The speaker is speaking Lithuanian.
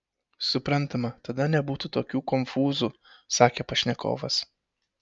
suprantama tada nebūtų tokių konfūzų sakė pašnekovas